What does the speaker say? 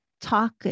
talk